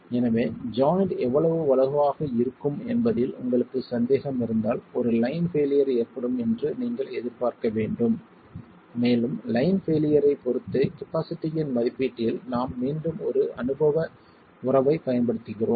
எனவே ஜாய்ண்ட் எவ்வளவு வலுவாக இருக்கும் என்பதில் உங்களுக்கு சந்தேகம் இருந்தால் ஒரு லைன் பெயிலியர் ஏற்படும் என்று நீங்கள் எதிர்பார்க்க வேண்டும் மேலும் லைன் பெயிலியர் ஐப் பொறுத்து கபாஸிட்டியின் மதிப்பீட்டில் நாம் மீண்டும் ஒரு அனுபவ உறவைப் பயன்படுத்துகிறோம்